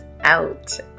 out